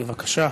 בבקשה.